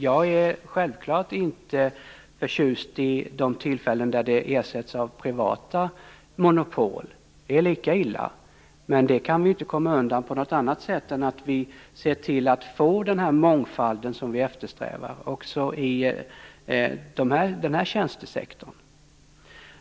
Jag är självfallet inte förtjust i att offentliga monopol ersätts av privata monopol. Det är lika illa, men det kan vi inte komma undan på något annat sätt än genom att se till att vi får den mångfald som vi eftersträvar också i den här tjänstesektorn.